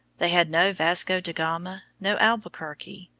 they had no vasco da gama, no albuquerque,